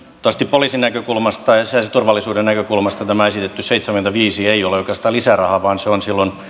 poliisin näkökulmasta ja sisäisen turvallisuuden näkökulmasta tämä esitetty seitsemänkymmentäviisi ei ole oikeastaan lisäraha vaan se on silloin